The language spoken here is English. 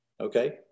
Okay